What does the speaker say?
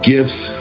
Gifts